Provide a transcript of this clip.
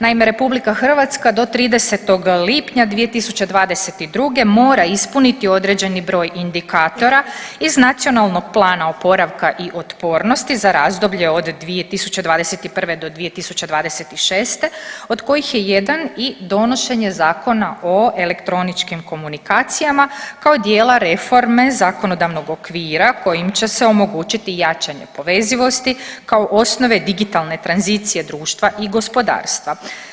Naime, RH do 30. lipnja 2022. mora ispuniti određeni broj indikatora iz Nacionalnog plana oporavka i otpornosti za razdoblje od 2021. do 2026. od kojih je jedan i donošenje Zakona o elektroničkim komunikacijama kao dijela reforme zakonodavnog okvira kojim će se omogućiti jačanje povezivosti kao osnove digitalne tranzicije društva i gospodarstva.